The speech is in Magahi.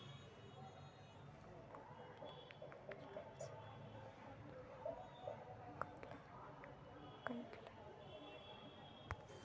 मोहना ने यू.पी.आई सेवा अपन मोबाइल द्वारा शुरू कई लय